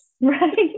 Right